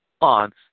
on